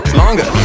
longer